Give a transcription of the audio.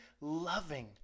loving